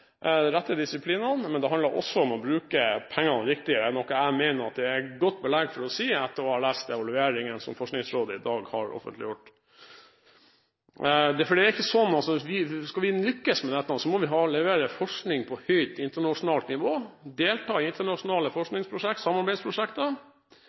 rette feltene, til de rette disiplinene, men det handler også om å bruke pengene riktig, noe jeg mener at det er godt belegg for å si etter å ha lest evalueringen som Forskningsrådet i dag har offentliggjort. Skal vi lykkes med dette, må vi levere forskning på høyt internasjonalt nivå, delta i internasjonale